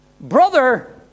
Brother